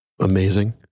amazing